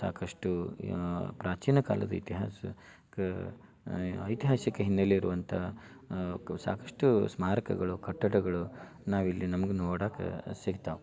ಸಾಕಷ್ಟು ಪ್ರಾಚೀನ ಕಾಲದ ಇತಿಹಾಸ ಕ ಐತಿಹಾಸಿಕ ಹಿನ್ನೆಲೆ ಇರುವಂಥ ಕ ಸಾಕಷ್ಟು ಸ್ಮಾರಕಗಳು ಕಟ್ಟಡಗಳು ನಾವಿಲ್ಲಿ ನಮ್ಗೆ ನೋಡೋಕ್ಕೆ ಸಿಗ್ತಾವೆ